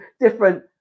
different